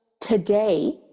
today